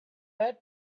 men